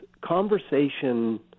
conversation